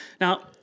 Now